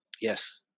Yes